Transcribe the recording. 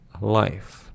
life